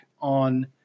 on